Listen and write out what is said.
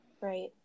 Right